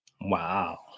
Wow